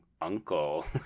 uncle